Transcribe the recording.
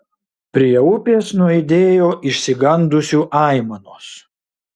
prie upės nuaidėjo išsigandusių aimanos